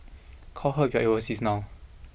call her get you overseas now